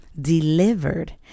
delivered